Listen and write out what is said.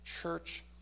church